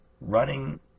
running